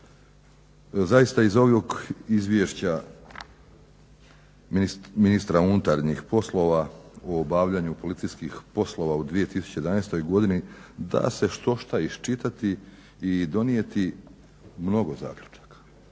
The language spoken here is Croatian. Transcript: Zaista iz ovog Izvješća ministra unutarnjih poslova u obavljanju policijskih poslova u 2011. godini da se štošta iščitati i donijeti mnogo zaključaka.